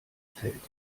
fällt